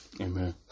Amen